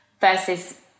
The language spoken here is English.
versus